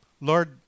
Lord